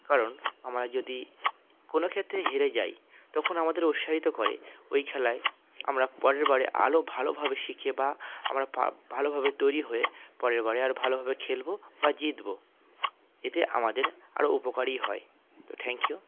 কারণ আমরা যদি কোনো ক্ষেত্রে হেরে যাই তখন আমাদের উৎসাহিত করে ওই খেলায় আমরা পরের বারে আরও ভালোভাবে শিখে বা আমরা পা ভালোভাবে তৈরি হয়ে পরের বারে আর ভালোভাবে খেলব বা জিতব এতে আমাদের আরও উপকারই হয় তো থ্যাংক ইউ